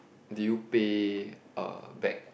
did you pay uh back